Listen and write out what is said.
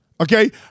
Okay